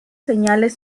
señales